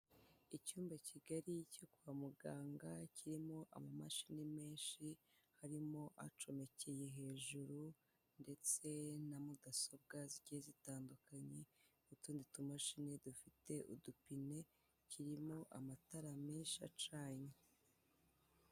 Icyumba kigari cyo kwa muganga kirimo amamashini menshi harimo acomekeye hejuru ndetse na mudasobwa zigiye zitandukanye n'utundi tumashini dufite udupine kirimo amatara menshi acanye.